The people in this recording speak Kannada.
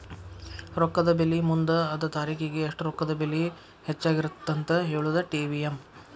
ರೊಕ್ಕದ ಬೆಲಿ ಮುಂದ ಅದ ತಾರಿಖಿಗಿ ಎಷ್ಟ ರೊಕ್ಕದ ಬೆಲಿ ಹೆಚ್ಚಾಗಿರತ್ತಂತ ಹೇಳುದಾ ಟಿ.ವಿ.ಎಂ